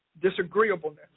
disagreeableness